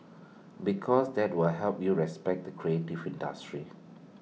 because that will help you respect the creative industry